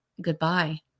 goodbye